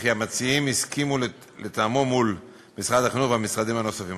וכי המציעים הסכימו לתאמו מול משרד החינוך והמשרדים הנוספים.